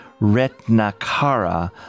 Retnakara